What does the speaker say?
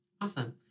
Awesome